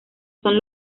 son